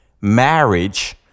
marriage